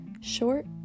Short